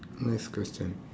next question